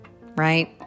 Right